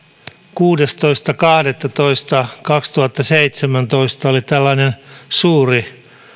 kuudestoista kahdettatoista kaksituhattaseitsemäntoista oli tällainen suuri